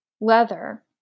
leather